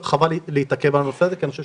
חבל לי להתעכב על הנושא הזה, כי אני חושב